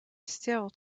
still